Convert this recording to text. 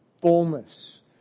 fullness